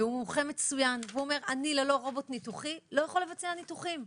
הוא מומחה מצוין והוא אומר שללא רובוט ניתוחי הוא לא יכול לבצע ניתוחים.